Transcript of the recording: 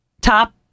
top